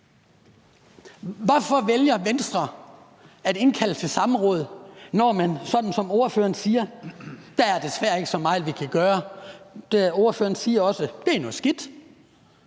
Hvorfor vælger Venstre at indkalde til et samråd, når man siger, sådan som ordføreren gør: Der er desværre ikke er så meget, vi kan gøre. Ordføreren siger også: Det er noget skidt.